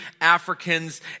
Africans